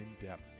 in-depth